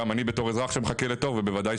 גם אני בתור אזרח שמחכה לתור ובוודאי,